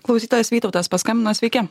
klausytojas vytautas paskambino sveiki